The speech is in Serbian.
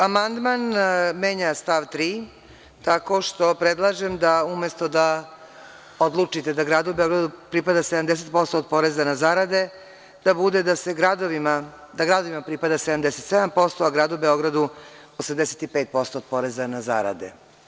Amandman menja stav 3. tako što predlažem da umesto da odlučite da gradu Beogradu pripada 70% od poreza na zarade, da bude da gradovima pripada 77%, a gradu Beogradu 85% od poreza na zarade.